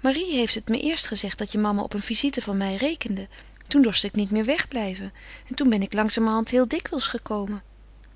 marie heeft het me eerst gezegd dat je mama op een visite van mij rekende toen dorst ik niet meer wegblijven en toen ben ik langzamerhand heel dikwijls gekomen